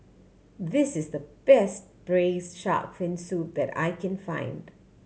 this is the best Braised Shark Fin Soup that I can find